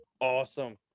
Awesome